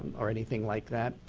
or anything like that.